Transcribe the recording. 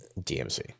DMC